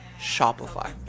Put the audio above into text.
Shopify